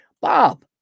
Bob